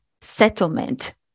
settlement